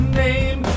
name